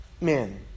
men